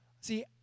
See